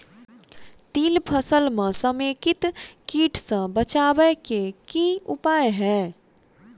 तिल फसल म समेकित कीट सँ बचाबै केँ की उपाय हय?